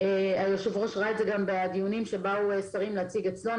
היושב-ראש ראה את זה גם בדיונים שבאו שרים להציג אצלו.